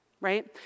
right